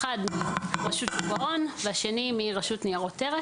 האחד מרשות שוק ההון והשני מרשות ניירות ערך.